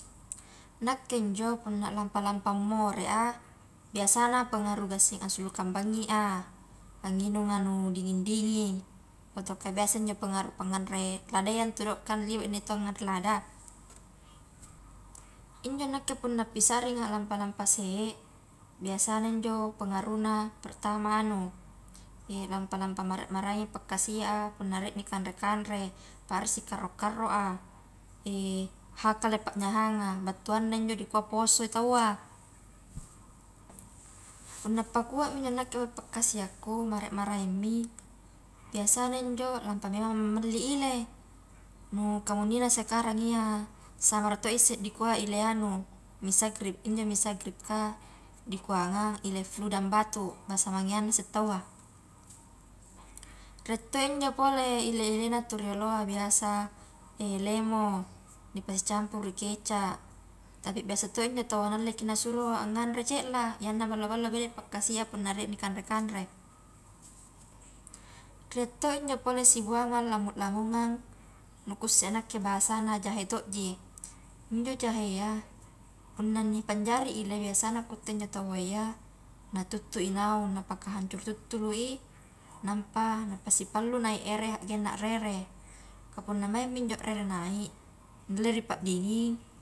Nakke injo punna lampa-lampa morea, biasana pengaruh gassing assulukang bangi a, anginunga nu dingin-dingin, ataukah biasa injo pengaruh panganre ladayya ntu do, kan liwa inne taua nganre lada, injo nakke punna pisarringa lampa-lampa see, biasana injo pengaruhna pertama anu, lampa-lampa mara-maraingi pakasia a punna nia ni kanre-kanre, parrisi karro-karro a, hakalai panyahanga battuanna injo dikua poso i taua, punnapakuami injo nakke pakkasiakku mara-maraingmi, biasana injo lapa memangma malli ile, nu kamunnina sekarang iya samara to isse dikua ile anu misagrip, injo misagripka dikuangang ile flu dan batuk bansa mange au isse taua, rie to injo pole ile-ilena tu rioloa biasa lemo dipasicampuru kecap tapi biasa to injo taua nallekki nasuro anganre cella, ya naballo-ballo bede pakkasia punna rie ni kanre-kanre, rie to injo pole sibuangeng lamu-lamungang nu kusse a nakke bahasana jahe to ji injo jahea punna nipanjari ile biasana kutte njo taua iya natuttu i naung napakahancuru tutturoi nampa napasipallu naik ere haggengna rere, kapunnamaingmi injo rere naik nille ri padinging.